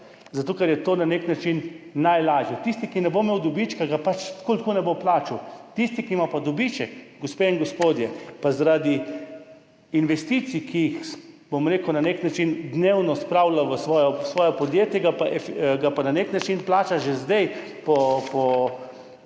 zato ker je to na nek način najlažje. Tisti, ki ne bo imel dobička, ga pač tako ali tako ne bo plačal. Tisti, ki pa ima dobiček, gospe in gospodje, ga pa zaradi investicij, ki jih, bom rekel, na nek način dnevno spravlja v svoje podjetje, na nek način plača že zdaj. Po